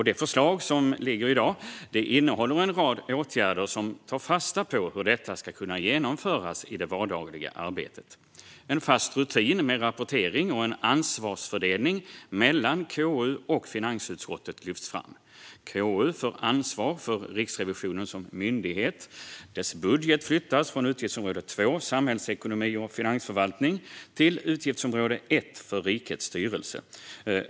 Det förslag som föreligger i dag innehåller en rad åtgärder som tar fasta på hur detta ska kunna genomföras i det vardagliga arbetet. En fast rutin med rapportering och en ansvarsfördelning mellan konstitutionsutskottet och finansutskottet lyfts fram. KU får ansvar för Riksrevisionen som myndighet. Dess budget flyttas från utgiftsområde 2 Samhällsekonomi och finansförvaltning till utgiftsområde 1 Rikets styrelse.